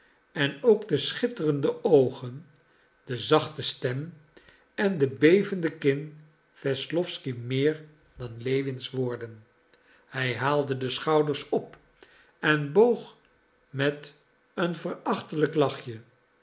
en ook de schitterende oogen de zachte stem en de bevende kin wesslowsky meer dan lewins woorden hij haalde de schouders op en boog met een verachtelijk lachje